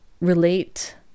relate